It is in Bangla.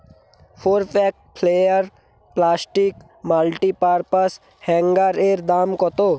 four pack flair plastic multi purpose hanger এর দাম কতো